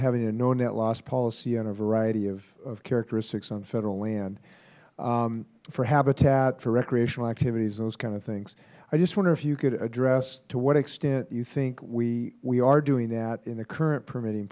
having a no net loss policy on a variety of characteristics on federal land for habitat for recreational activities those kind of things i just wonder if you could address to what extent you think we are doing that in the current permitting